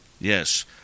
Yes